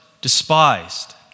despised